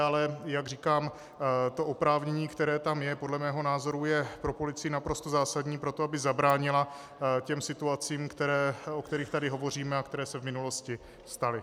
Ale jak říkám, to oprávnění, které tam je, podle mého názoru je pro policii naprosto zásadní pro to, aby zabránila situacím, o kterých tady hovoříme a které se v minulosti staly.